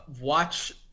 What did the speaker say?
watch